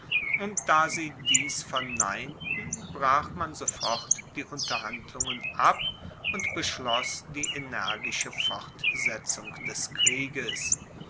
und da sie dies verneinten brach man sofort die unterhandlungen ab und beschloss die energische fortsetzung des krieges